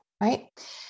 right